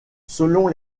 selon